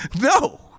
No